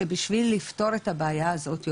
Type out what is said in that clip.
שבשביל לפתור את הבעיה הזאת,